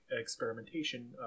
experimentation